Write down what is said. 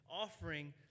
offering